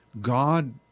God